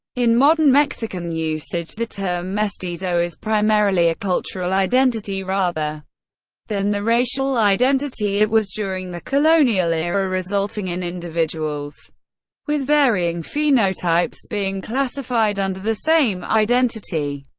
in modern mexican usage, the term mestizo is primarily a cultural identity rather than the racial identity it was during the colonial era, resulting in individuals with varying phenotypes being classified under the same identity,